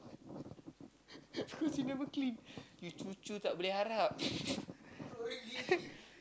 cause he never clean you cucu tak boleh harap